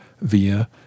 via